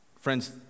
Friends